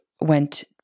went